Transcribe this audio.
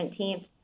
17th